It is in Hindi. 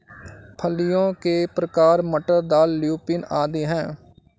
फलियों के प्रकार मटर, दाल, ल्यूपिन आदि हैं